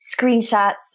screenshots